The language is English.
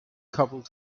couple